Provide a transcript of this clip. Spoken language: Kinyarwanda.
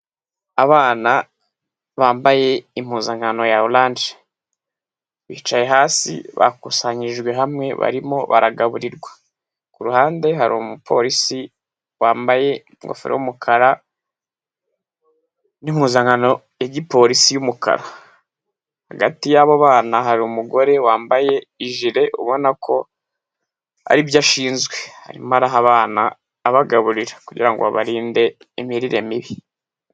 Abana bambaye impuzankano ya orange, bicaye hasi bakusanyirijwe hamwe barimo baragaburirwa, ku ruhande hari umupolisi wambaye ingofero y'umukara n'impuzankano ya gipolisi y'umukara, hagati yabo bana hari umugore wambaye ijire ubona ko ari byo ashinzwe arimo araha abana abagaburira kugira ngo abarinde imirire mibi.